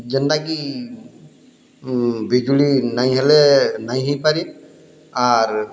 ଯେନ୍ତା କି ବିଜୁଳି ନାଇଁ ହେଲେ ନାଇଁ ହେଇପାରି ଆର୍